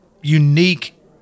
unique